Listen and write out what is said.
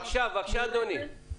בבקשה, אדוני.